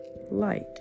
light